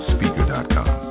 Speaker.com